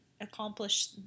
accomplish